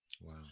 Wow